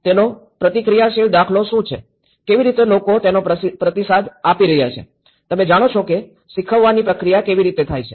તેનો પ્રતિક્રિયાશીલ દાખલો શું છેકેવી રીતે લોકો તેનો પ્રતિસાદ આપી રહ્યા છે તમે જાણો છો કે શીખવાની પ્રક્રિયા કેવી રીતે થાય છે